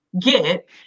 get